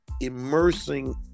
immersing